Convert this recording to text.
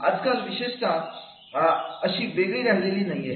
आज काल विशेषत ना आता अशी वेगळी राहिलेली नाहीये